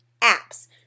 apps